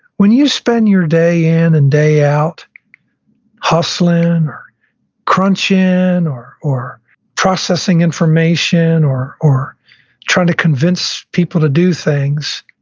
when you spend your day in and day out hustling or punching or or processing information or or trying to convince people to do things,